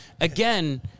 again